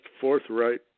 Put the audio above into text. forthright